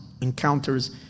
encounters